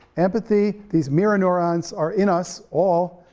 empathy, these mirror neurons, are in us all,